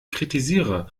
kritisiere